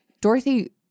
dorothy